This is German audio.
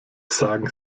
sagen